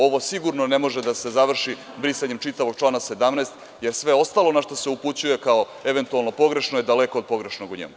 Ovo sigurno ne može da se završi brisanjem čitavog člana 17. jer sve ostalo na šta se upućuje kao eventualno pogrešno je daleko od pogrešnog u njemu.